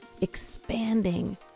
expanding